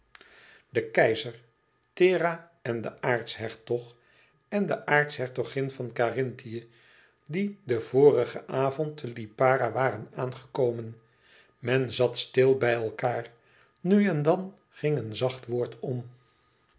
den keizer thera en den aartshertog en de aartshertogin van karinthië die den vorigen avond te lipara waren aangekomen men zat stil bij elkaâr nu en dan ging een zacht woord om